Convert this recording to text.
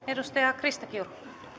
edustaja krista kiuru